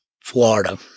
Florida